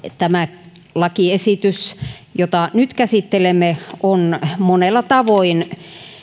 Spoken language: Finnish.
tämä lakiesitys jota nyt käsittelemme on monella tavoin